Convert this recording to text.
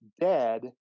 dead